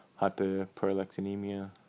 hyperprolactinemia